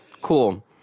Cool